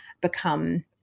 become